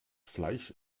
fleisch